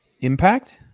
Impact